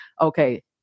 Okay